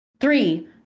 Three